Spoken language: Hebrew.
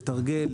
לתרגל,